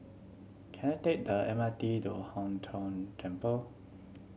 can I take the M R T to Hong Tho Temple